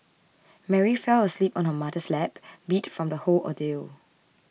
Mary fell asleep on her mother's lap beat from the whole ordeal